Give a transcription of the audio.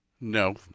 No